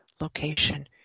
location